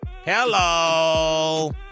Hello